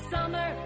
Summer